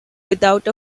without